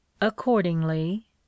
accordingly